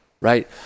Right